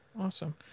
Awesome